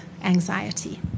anxiety